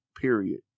period